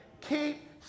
keep